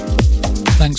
Thanks